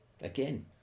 again